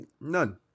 None